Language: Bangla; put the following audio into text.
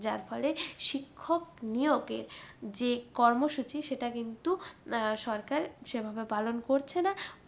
যার ফলে শিক্ষক নিয়োগের যে কর্মসূচি সেটা কিন্তু সরকার সেভাবে পালন করছে না